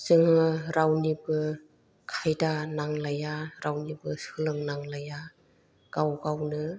जोङो रावनिबो खायदा नांलाया रावनिबो सोलोंनांलाया गाव गावनो